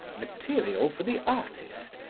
material for the artist,